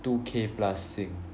two K plus sing